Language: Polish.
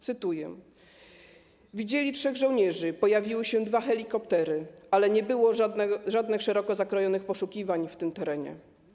Cytuję: Widzieli trzech żołnierzy, pojawiły się dwa helikoptery, ale nie było żadnych szeroko zakrojonych poszukiwań w tym terenie.